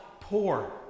poor